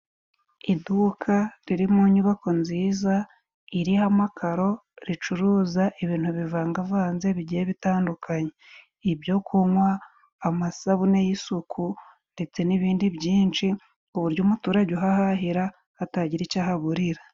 Iduka riri mu nyubako nziza irihamakaro ricuruza ibintu bivangavanze bigiye bitandukanye, ibyo kunywa, amasabune y'isuku, ndetse n'ibindi byinshi ku buryo umuturage uhahahira, atagira ico ahaburira.